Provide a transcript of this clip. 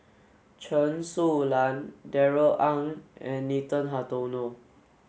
Chen Su Lan Darrell Ang and Nathan Hartono